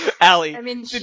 Allie